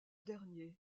dernier